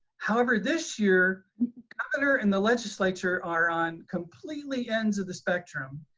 however, this year governor and the legislature are on completely ends of the spectrum.